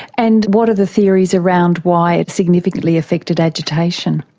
and what are the theories around why it significantly affected agitation?